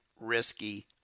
risky